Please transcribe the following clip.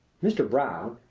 mr. brown,